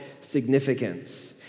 significance